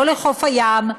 לא לחוף הים,